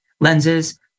lenses